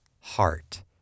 heart